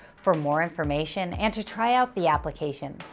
for more information, and to try out the application,